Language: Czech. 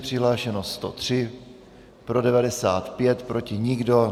Přihlášeno 103, pro 95, proti nikdo.